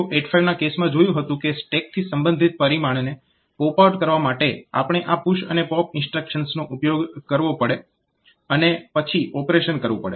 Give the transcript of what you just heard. તો આપણે 8085 ના કેસમાં જોયું હતું કે સ્ટેકથી સંબંધિત પરિમાણને પોપ આઉટ કરવા માટે આપણે આ પુશ અને પોપ ઇન્સ્ટ્રક્શન્સનો ઉપયોગ કરવો પડે અને પછી ઓપરેશન કરવું પડે